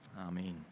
amen